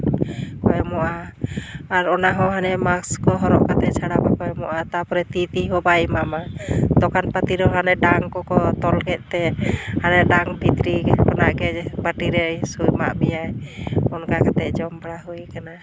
ᱠᱚ ᱮᱢᱚᱜᱼᱟ ᱟᱨ ᱚᱱᱟ ᱦᱚᱸ ᱦᱟᱱᱮ ᱢᱟᱥᱠ ᱠᱚ ᱦᱚᱨᱚᱜ ᱠᱟᱛᱮ ᱥᱟᱢᱟᱱ ᱠᱚᱠᱚ ᱮᱢᱚᱜᱼᱟ ᱛᱟᱨᱯᱚᱨ ᱛᱤᱛᱤ ᱦᱚᱸ ᱵᱟᱭ ᱮᱢᱟᱢᱟ ᱫᱚᱠᱟᱱ ᱯᱟᱹᱛᱤ ᱫᱚ ᱦᱟᱱᱮ ᱰᱟᱝ ᱠᱚᱠᱚ ᱛᱚᱞ ᱠᱮᱫᱛᱮ ᱦᱟᱱᱮ ᱰᱟᱝ ᱵᱷᱤᱛᱨᱤ ᱠᱷᱚᱱᱟᱜ ᱜᱮ ᱵᱟᱴᱤ ᱨᱮᱭ ᱥᱩᱨᱟᱫ ᱢᱮᱭᱟ ᱚᱱᱠᱟ ᱠᱟᱛᱮ ᱡᱚᱢ ᱵᱟᱲᱟ ᱦᱩᱭᱟᱠᱟᱱᱟ